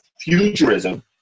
futurism